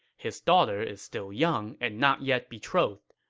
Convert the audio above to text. his daughter is still young and not yet betrothed.